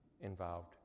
involved